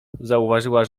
zauważyła